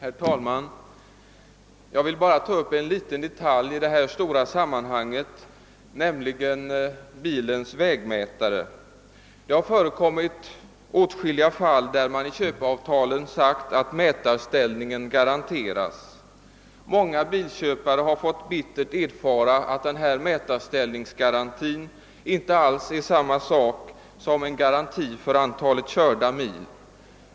Herr talman! Jag vill bara ta upp en liten detalj i detta stora sammanhang, nämligen bilens vägmätare. Det har i åtskilliga fall förekommit att det i köpeavtalet angivits en garanterad mätarställning. Många bilköpare har fått bittert erfara att denna mätarställningsgaranti inte alls är detsamma som en garanti för antal körda mil.